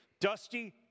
dusty